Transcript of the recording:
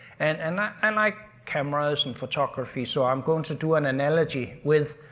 and and i like cameras and photography so i'm going to do an analogy with